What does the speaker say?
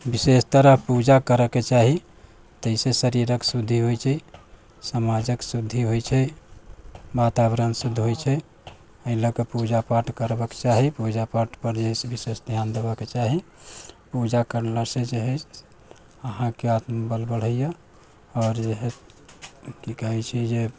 विशेष तरह क पूजा करय के चाही ताहि से शरीरके शुद्धि होइ छै समाजक शुद्धि होइ छै वातावरण शुद्ध होइ छै एहि लऽ के पूजा पाठ करबऽ के चाही पूजा पाठ पर जे है विशेष ध्यान देबऽ के चाही पूजा करला से जे है अहाँके आत्मबल बढ़ैया आओर जे है कि कहै छै जे